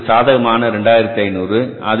அது நமக்கு சாதகமான ரூபாய் 2500